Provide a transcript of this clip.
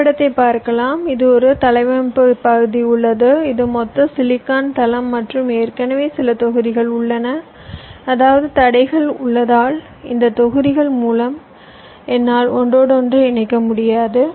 வரைபடத்தை பார்க்கலாம் இதில் ஒரு தளவமைப்பு பகுதி உள்ளது இது மொத்த சிலிக்கான் தளம் மற்றும் ஏற்கனவே சில தொகுதிகள் உள்ளன அதாவது தடைகள் உள்ளதால் இந்த தொகுதிகள் மூலம் என்னால் ஒன்றோடொன்று இணைக்க முடியாது